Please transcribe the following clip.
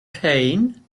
pain